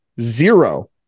zero